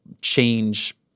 change